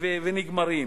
ונגמרים.